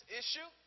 issue